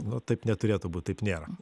nu taip neturėtų būt taip nėra